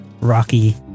rocky